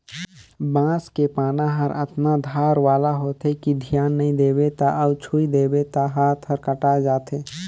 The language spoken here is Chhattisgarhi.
बांस के पाना हर अतना धार वाला होथे कि धियान नई देबे त अउ छूइ देबे त हात हर कटाय जाथे